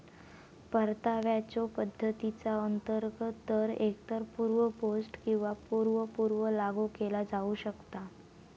परताव्याच्यो पद्धतीचा अंतर्गत दर एकतर पूर्व पोस्ट किंवा पूर्व पूर्व लागू केला जाऊ शकता